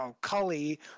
Cully